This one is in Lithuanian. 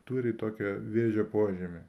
turi tokią vėžio požymį